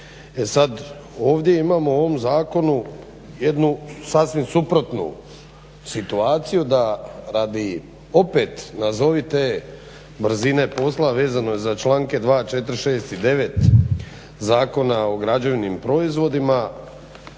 sad, ovdje imamo u ovom Zakonu jednu sasvim suprotnu situaciju da radi opet nazovite brzine posla a vezano je za članke 2., 4., 6. i 9. Zakona o građevnim proizvodima